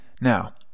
Now